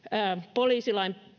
poliisilain